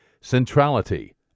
Centrality